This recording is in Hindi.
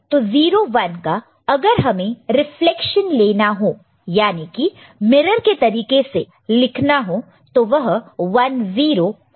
तो 0 1 का अगर हमें रीफलेक्शन लेना हो याने की मिरर के तरीके से लिखना हो तो वह 1 0 होगा